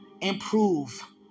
improve